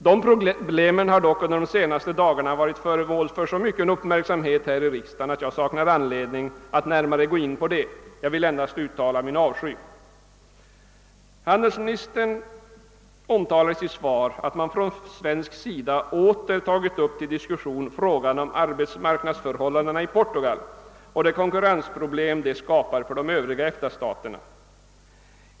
De problemen har dock under de senaste dagarna varit föremål för så mycken uppmärksamhet här i riksdagen att jag saknar anledning att närmare gå in på dem. Jag vill endast uttala min avsky. Handelsministern omtalar i sitt svar att man från svensk sida åter tagit upp till diskussion frågan om arbetsmarknadsförhållandena i Portugal och de konkurrensproblem de skapar för de övriga EFTA-staterna.